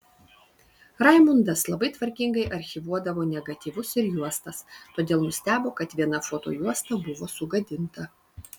raimundas labai tvarkingai archyvuodavo negatyvus ir juostas todėl nustebo kad viena fotojuosta buvo sugadinta